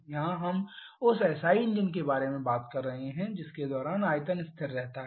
यहाँ हम उस एसआई इंजन के बारे में बात कर रहे हैं जिसके दौरान आयतन स्थिर रहता है